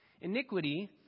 Iniquity